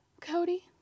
Cody